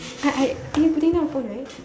I I are you putting down the phone right